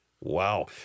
Wow